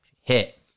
Hit